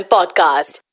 Podcast